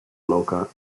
loka